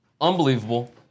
unbelievable